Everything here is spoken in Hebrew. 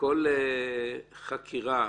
כל חקירה,